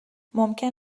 ممکن